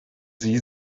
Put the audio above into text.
sie